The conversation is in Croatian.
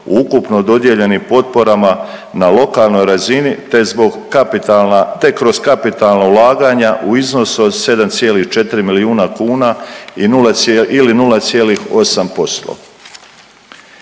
u ukupno dodijeljenim potporama na lokalnoj razini, te kroz kapitalna ulaganja u iznosu od 7,4 milijuna kuna ili 0,8%.